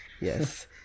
yes